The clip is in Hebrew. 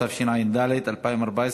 התשע"ד 2014,